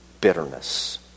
Bitterness